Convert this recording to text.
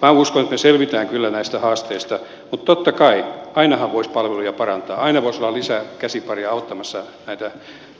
minä uskon että me selviämme kyllä näistä haasteista mutta totta kai ainahan voisi palveluja parantaa aina voisi olla lisää käsipareja auttamassa näitä